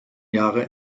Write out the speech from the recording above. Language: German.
jahre